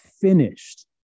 finished